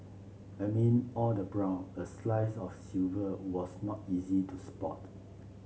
amid all the brown a slice of silver was not easy to spot